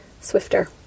swifter